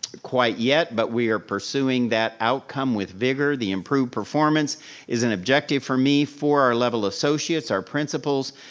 quite yet but we are pursuing that outcome with vigor, the improved performance is an objective for me for our level associates, our principals,